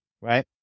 right